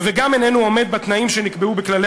וגם איננו עומד בתנאים שנקבעו בכללי